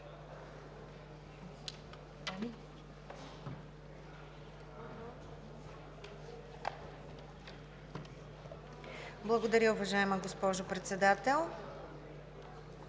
Благодаря, уважаема госпожо Председател.